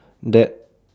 that